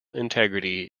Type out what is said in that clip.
integrity